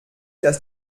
dass